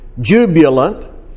jubilant